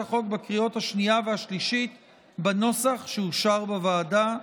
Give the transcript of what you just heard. החוק בקריאות השנייה והשלישית בנוסח שאושר בוועדה.